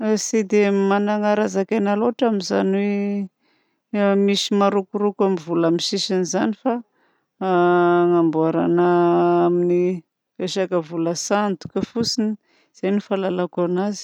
Tsy dia magnana raha zakaina loatra aho amin'izany misy marokoroko amin'ny vola amin'ny sisiny zany fa hanamboarana amin'ny resaka vola sandoka fotsiny izay no fahalalako agnazy.